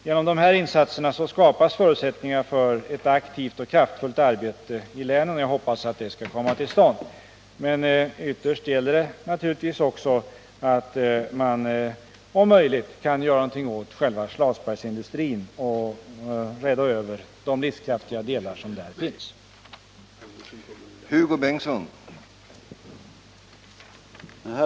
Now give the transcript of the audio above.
Genom dessa insatser skapas förutsättningar för ett aktivt och kraftfullt arbete i länet, och jag hoppas att de skall komma till stånd. Men ytterst gäller det naturligtvis också att om möjligt göra något åt själva Schlasbergsindustrin och rädda över de livskraftiga delar som finns där.